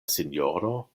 sinjoro